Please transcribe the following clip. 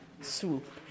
swoop